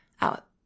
out